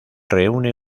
reúne